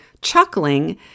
chuckling